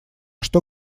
что